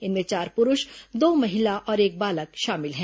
इनमें चार पुरूष दो महिला और एक बालक शामिल हैं